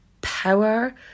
power